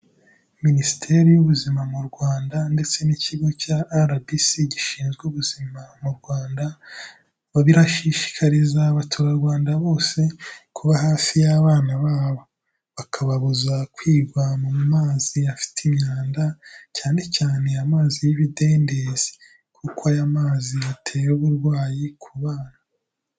Minisiteri y'ubuzima mu Rwanda ndetse n'ikigo cya rbc gishinzwe ubuzima mu Rwanda, babishishikariza abaturarwanda bose kuba hafi y'abana babo, bakababuza kwirigwa mu mazi afite imyanda cyane cyane amazi y'ibidendezi, kuko aya mazi atera uburwayi ku bana.